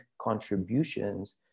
contributions